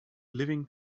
living